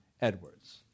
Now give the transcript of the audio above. Edwards